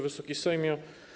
Wysoki Sejmie!